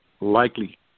likely